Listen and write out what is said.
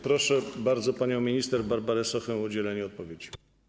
Proszę bardzo panią minister Barbarę Sochę o udzielenie odpowiedzi.